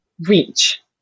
reach